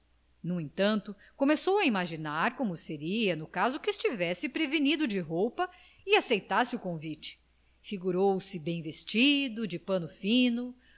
no entanto começou a imaginar como seria no caso que estivesse prevenido de roupa e aceitasse o convite figurou se bem vestido de pano fino